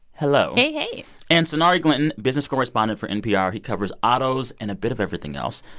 hello hey. hey and sonari glinton, business correspondent for npr. he covers autos and a bit of everything else.